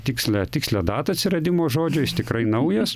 tikslią tikslią datą atsiradimo žodžio jis tikrai naujas